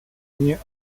nie